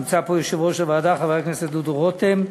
נמצא פה יושב-ראש הוועדה, חבר הכנסת דודו רותם.